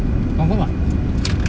confirm ah